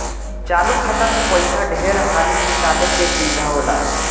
चालु खाता मे पइसा ढेर हाली निकाले के सुविधा होला